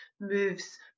moves